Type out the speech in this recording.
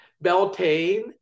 Beltane